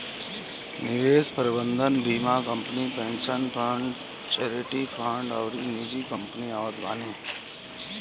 निवेश प्रबंधन बीमा company, pension fund, charity fund अउरी निजी कंपनी आवत बानी